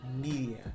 Media